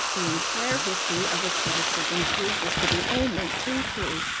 the entire history of asceticism proves this to be only too true.